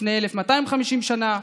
לפני 1,250 שנה.